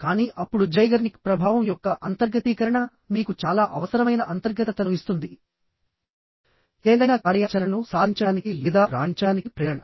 కానీ అప్పుడు జైగర్నిక్ ప్రభావం యొక్క అంతర్గతీకరణ మీకు చాలా అవసరమైన అంతర్గతతను ఇస్తుంది ఏదైనా కార్యాచరణను సాధించడానికి లేదా రాణించడానికి ప్రేరణ